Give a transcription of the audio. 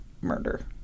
murder